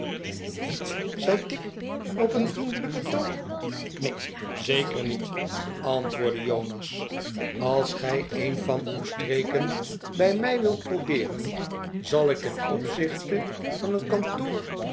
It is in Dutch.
niet zei tigg op een vriendelijken toon neen zeker niet antwoordde jonas als gij een van uw streken bij mij wilt probeeren zal ik ten opzichte van het kantoor